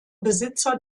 besitzer